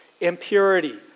Impurity